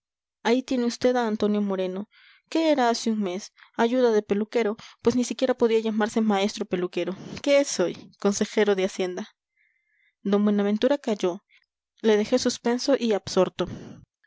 ahí tiene vd a antonio moreno qué era hace un mes ayuda de peluquero pues ni siquiera podía llamarse maestro peluquero qué es hoy consejero de hacienda d buenaventura calló le dejé suspenso y absorto